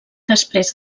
després